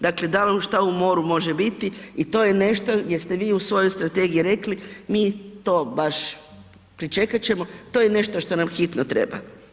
Dakle, da li šta u moru može biti i to je nešto gdje ste vi u svojoj strategiji rekli, mi to baš pričekat ćemo, to je nešto što nam hitno treba.